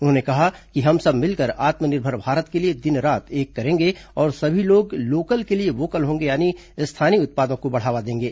उन्होंने कहा कि हम सब मिलकर आत्मनिर्भर भारत के लिए दिन रात एक करेंगे और सभी लोग लोकल के लिए वोकल होंगे यानी स्थानीय उत्पादों को बढ़ावा देंगे